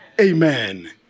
Amen